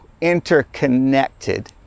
interconnected